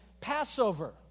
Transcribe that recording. Passover